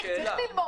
צריך לזכור